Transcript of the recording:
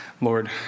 Lord